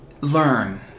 learn